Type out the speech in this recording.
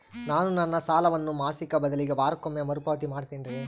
ನಾನು ನನ್ನ ಸಾಲವನ್ನು ಮಾಸಿಕ ಬದಲಿಗೆ ವಾರಕ್ಕೊಮ್ಮೆ ಮರುಪಾವತಿ ಮಾಡ್ತಿನ್ರಿ